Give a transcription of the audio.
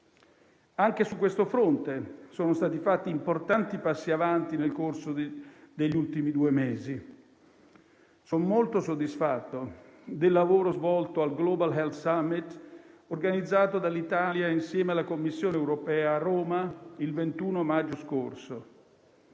Anche su questo fronte sono stati fatti importanti passi in avanti nel corso degli ultimi due mesi. Sono molto soddisfatto del lavoro svolto al Global health summit organizzato dall'Italia insieme alla Commissione europea, a Roma, il 21 maggio scorso.